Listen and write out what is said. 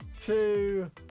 two